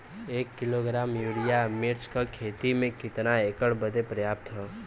एक kilogram urea मिर्च क खेती में कितना एकड़ बदे पर्याप्त ह?